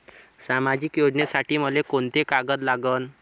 सामाजिक योजनेसाठी मले कोंते कागद लागन?